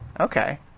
Okay